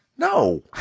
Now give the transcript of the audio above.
No